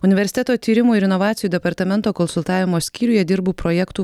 universiteto tyrimų ir inovacijų departamento konsultavimo skyriuje dirbu projektų